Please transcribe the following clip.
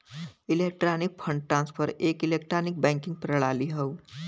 electronic fund transfer एक electronic banking प्रणाली हौ